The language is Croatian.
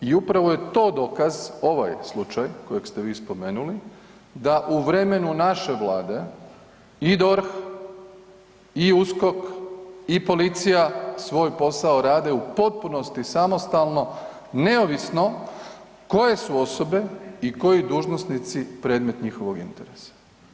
I upravo je to dokaz ovaj slučaj kojeg ste vi spomenuli da u vremenu naše Vlade i DORH i USKOK i policija svoj posao rade u potpunosti samostalno neovisno koje su osobe i koji dužnosnici predmet njihovog interesa.